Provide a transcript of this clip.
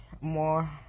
more